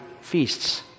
feasts